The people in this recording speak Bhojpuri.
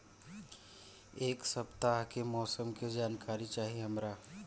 एक सपताह के मौसम के जनाकरी चाही हमरा